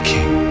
King